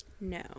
No